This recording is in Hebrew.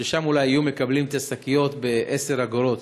ששם אולי היו מקבלים את השקיות ב-10 אגורות.